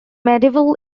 medieval